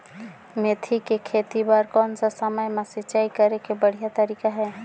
मेथी के खेती बार कोन सा समय मां सिंचाई करे के बढ़िया तारीक हे?